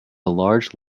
large